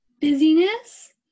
busyness